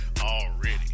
already